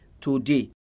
today